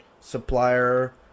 supplier